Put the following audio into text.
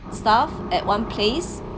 stuff at one place